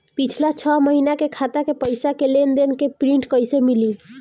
पिछला छह महीना के खाता के पइसा के लेन देन के प्रींट कइसे मिली?